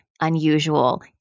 unusual